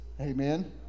Amen